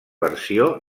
versió